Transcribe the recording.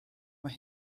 mae